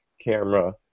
camera